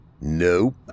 Nope